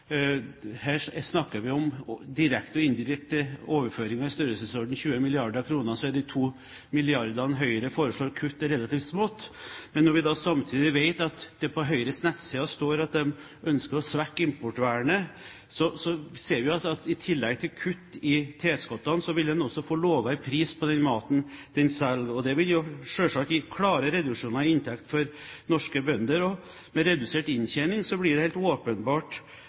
her snakker om direkte og indirekte overføring i størrelsesordenen 20 mrd. kr, så er de 2 milliardene som Høyre foreslår i kutt, relativt lite. Men når vi samtidig vet at det på Høyres nettsider står at de ønsker å svekke importvernet, ser vi at i tillegg til å kutte i tilskuddene vil man altså få en lavere pris på den maten man selger. Det vil jo selvsagt gi klare reduksjoner i inntektene til norske bønder, og med redusert inntjening blir det helt åpenbart